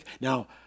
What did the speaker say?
Now